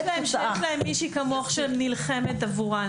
כיף להם שיש להם מישהי כמוך שנלחמת עבורן.